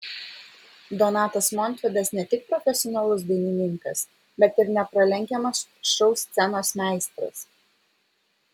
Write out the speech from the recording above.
donatas montvydas ne tik profesionalus dainininkas bet ir nepralenkiamas šou scenos meistras